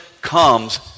comes